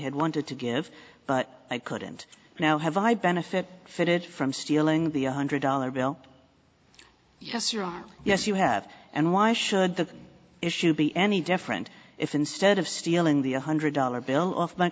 had wanted to give but i couldn't now have i benefit fitted from stealing the hundred dollar bill yes you are yes you have and why should the issue be any different if instead of stealing the one hundred dollar bill off my